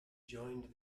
joined